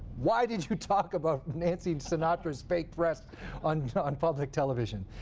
why did you talk about nancy sinatra's fake breasts on and public television?